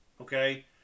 Okay